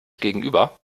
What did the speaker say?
gegenüber